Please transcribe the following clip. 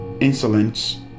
insolence